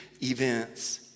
events